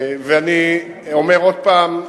ואני אומר עוד פעם,